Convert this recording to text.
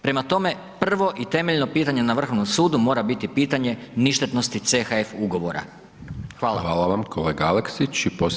Prema tome, prvo i temeljno pitanje na Vrhovnom sudu mora biti pitanje ništetnosti CHF ugovora.